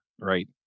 Right